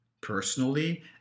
personally